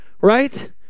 right